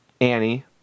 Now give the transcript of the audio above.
Annie